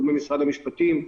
המשפטים,